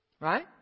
Right